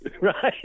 Right